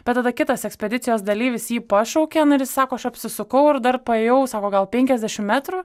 bet tada kitas ekspedicijos dalyvis jį pašaukė nu ir jis sako aš apsisukau ir dar paėjau sako gal penkiasdešim metrų